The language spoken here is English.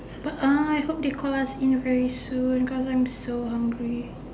but uh I hope they call us in soon cause I'm so hungry